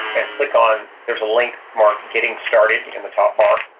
and click on, there's a link marked getting started in the top bar,